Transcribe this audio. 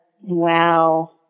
wow